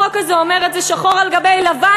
החוק הזה אומר את זה שחור על גבי לבן,